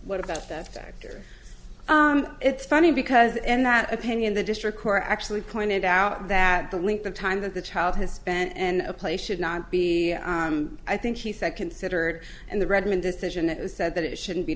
what about that factor it's funny because in that opinion the district court actually pointed out that the length of time that the child has spent and a place should not be i think he said considered and the redmen decision it was said that it shouldn't be